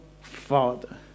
Father